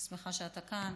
אני שמחה שאתה כאן.